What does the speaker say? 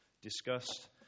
discussed